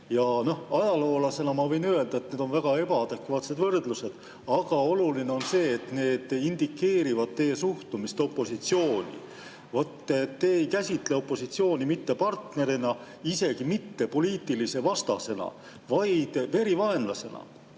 Ajaloolasena ma võin öelda, et need on väga ebaadekvaatsed võrdlused. Aga oluline on see, et need indikeerivad teie suhtumist opositsiooni: te ei käsitle opositsiooni mitte partnerina, isegi mitte poliitilise vastasena, vaid verivaenlasena.